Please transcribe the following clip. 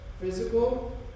Physical